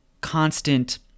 constant